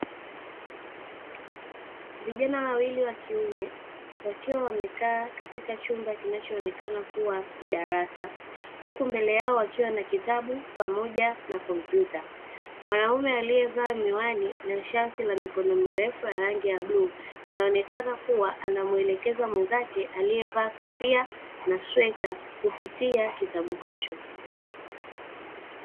Vijana wawili wa kiume wakiwa wamekaa katika chumba kinachoonekana kuwa ni darasa, huku mbele yao wakiwa na kitabu pamoja na kompyuta. Mwanaume aliyevaa miwani na shati la mikono mirefu la rangi ya bluu, anaonekana kuwa anamwelekeza mwenzake aliyevaa kofia na sweta kupitia kitabu hicho.